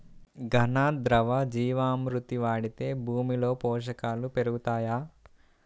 ఘన, ద్రవ జీవా మృతి వాడితే భూమిలో పోషకాలు పెరుగుతాయా?